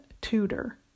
tutor